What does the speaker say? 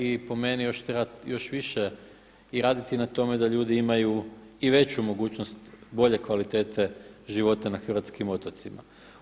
I po meni još treba još više i raditi na tome da ljudi imaju i veću mogućnost bolje kvalitete života na hrvatskim otocima.